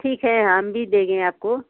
ठीक है हम भी देंगे आपको